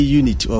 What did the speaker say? unit